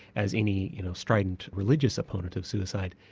as any you know strident religious opponent of suicide.